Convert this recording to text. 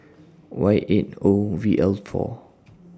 Y eight O V L four